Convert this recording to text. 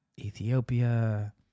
Ethiopia